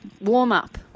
warm-up